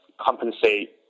compensate